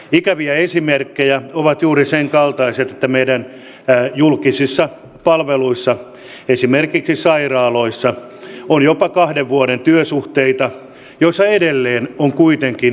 ikäviä esimerkkejä ovat juuri senkaltaiset että meidän julkisissa palveluissa esimerkiksi sairaaloissa on jopa kahden vuoden työsuhteita joissa edelleen on kuitenkin nollatyösopimus